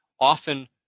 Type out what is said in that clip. often